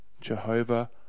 Jehovah